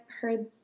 heard